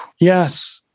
Yes